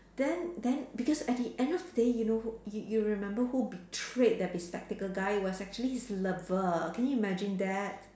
then then because at the end of the day you know who you you remember who betrayed that bespectacled guy it was actually his lover can you imagine that